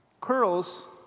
Curls